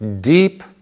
deep